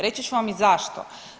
Reći ću vam i zašto?